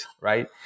right